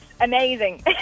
amazing